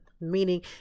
Meaning